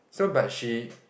so but she